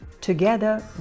Together